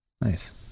Nice